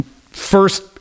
first